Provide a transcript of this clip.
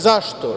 Zašto?